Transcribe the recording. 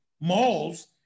malls